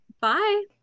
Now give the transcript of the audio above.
Bye